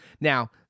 Now